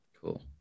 Cool